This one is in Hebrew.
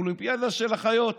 אולימפיאדה של החיות,